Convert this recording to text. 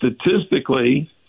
statistically